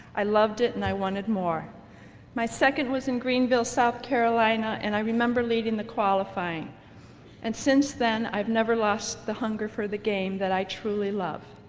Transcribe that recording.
i loved it and i wanted more my second was in greenville, south carolina and i remember leading the qualifying and since then i've never lost the hunger for the game that i truly love.